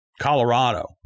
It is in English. Colorado